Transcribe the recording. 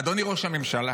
אדוני ראש הממשלה,